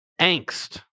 angst